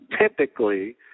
Typically